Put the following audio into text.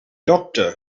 doctor